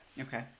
Okay